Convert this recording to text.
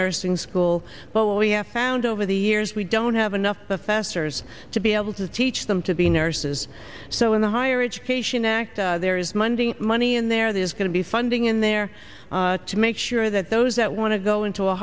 nursing school but we have found over the years we don't have enough the fasters to be able to teach them to be nurses so in the higher education act there is monday money in there there's going to be funding in there to make sure that those that want to go into a